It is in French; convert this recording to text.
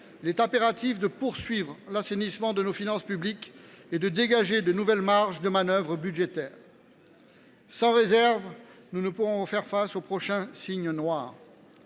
Il est impératif de poursuivre l’assainissement de nos finances publiques et de dégager de nouvelles marges de manœuvre budgétaires. En l’absence de réserves, nous ne pourrons faire face aux prochains « cygnes noirs